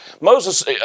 Moses